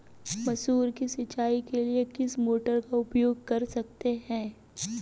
मसूर की सिंचाई के लिए किस मोटर का उपयोग कर सकते हैं?